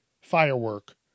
firework